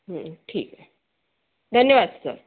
ठीक आहे धन्यवाद सर